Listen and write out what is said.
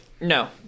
No